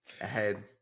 Ahead